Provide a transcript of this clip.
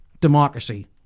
democracy